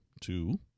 two